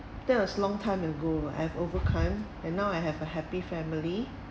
that was long time ago I have overcome and now I have a happy family